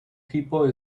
people